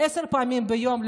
עשר פעמים ביום,